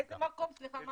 איזה מקום, סליחה?